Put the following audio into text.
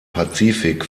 pazifik